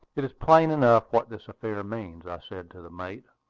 it is plain enough what this affair means, i said to the mate,